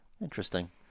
Interesting